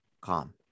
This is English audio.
Calm